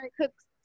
Cooks